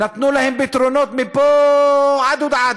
נתנו להם פתרונות מפה ועד